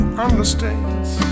understands